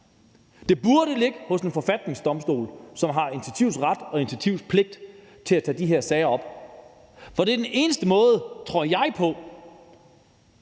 Det burde ligge hos en forfatningsdomstol, som har initiativret og initiativpligt til at tage de her sager op, for det er den eneste måde, tror jeg,